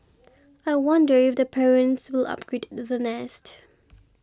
I wonder if the parents will 'upgrade' the nest